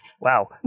Wow